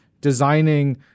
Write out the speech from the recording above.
designing